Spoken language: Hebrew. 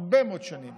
הרבה מאוד שנים